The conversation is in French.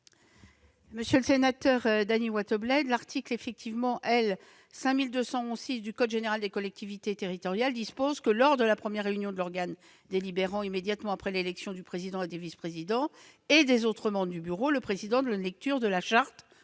Monsieur le sénateur Dany Wattebled, l'article L. 5211-6 du code général des collectivités territoriales dispose en effet :« Lors de la première réunion de l'organe délibérant, immédiatement après l'élection du président, des vice-présidents et des autres membres du bureau, le président donne lecture de la charte